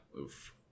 oof